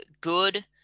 good